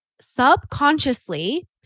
subconsciously